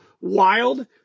Wild